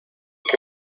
que